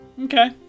Okay